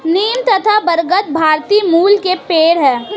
नीम तथा बरगद भारतीय मूल के पेड है